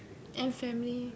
and family